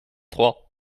trois